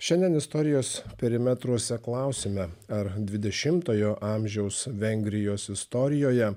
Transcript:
šiandien istorijos perimetruose klausime ar dvidešimtojo amžiaus vengrijos istorijoje